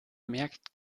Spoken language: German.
merkt